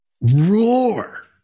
roar